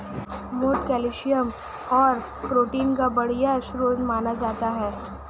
मोठ कैल्शियम और प्रोटीन का बढ़िया स्रोत माना जाता है